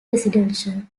residential